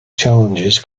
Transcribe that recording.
challenges